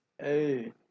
Hey